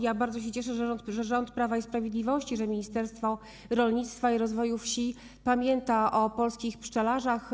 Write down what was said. Ja bardzo cieszę się, że rząd Prawa i Sprawiedliwości, Ministerstwo Rolnictwa i Rozwoju Wsi pamiętają o polskich pszczelarzach.